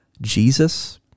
Jesus